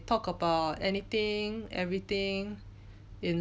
talk about anything everything in